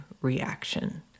reaction